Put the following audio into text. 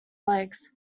legs